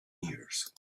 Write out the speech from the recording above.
years